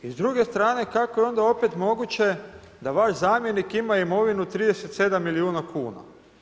I s druge strane kako je onda opet moguće da vaš zamjenik ima imovinu 37 milijuna kuna?